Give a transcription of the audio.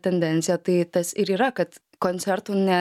tendenciją tai tas ir yra kad koncertų ne